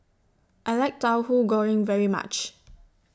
I like Tauhu Goreng very much